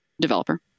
developer